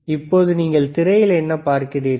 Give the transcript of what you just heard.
இப்போது நீங்கள் திரையில் என்ன பார்க்கிறீர்கள்